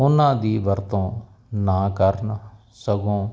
ਉਹਨਾਂ ਦੀ ਵਰਤੋਂ ਨਾ ਕਰਨ ਸਗੋਂ